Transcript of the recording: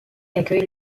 accueille